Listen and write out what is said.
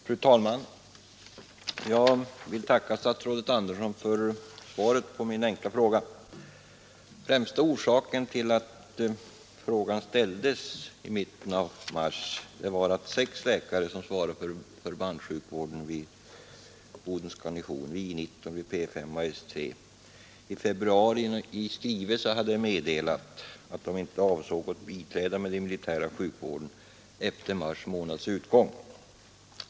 Fru talman! Jag vill tacka statsrådet Andersson för svaret på min enkla fråga. Främsta orsaken till att frågan ställdes i mitten av mars var att sex läkare, som svarade för förbandssjukvården vid Bodens garnison — vid I 19, P5 och S3 — i skrivelse i februari hade meddelat att de inte avsåg att biträda med den militära sjukvården efter mars månads utgång.